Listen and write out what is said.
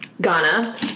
Ghana